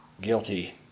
guilty